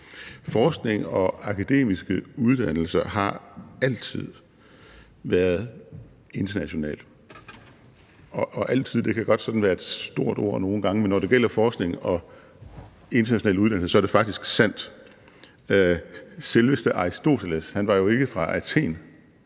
Forskning og akademiske uddannelser har altid været international. Og »altid« kan godt sådan være et stort ord nogle gange, men når det gælder forskning og international uddannelse, så er det faktisk sandt. Selveste Aristoteles var jo ikke fra Athen.